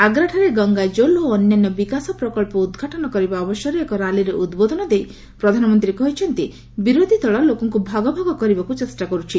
ଆଗ୍ରାଠାରେ ଗଙ୍ଗାଜଲ୍ ଓ ଅନ୍ୟାନ୍ୟ ବିକାଶ ପ୍ରକନ୍ଧ ଉଦ୍ଘାଟନ କରିବା ଅବସରରେ ଏକ ରାଲିରେ ଉଦ୍ବୋଧନ ଦେଇ ପ୍ରଧାନମନ୍ତ୍ରୀ କହିଛନ୍ତି ବିରୋଧୀ ଦଳ ଲୋକଙ୍କ ଭାଗ ଭାଗ କରିବାକୁ ଚେଷ୍ଟା କରିଛି